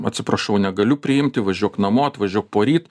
atsiprašau negaliu priimti važiuok namo atvažiuok poryt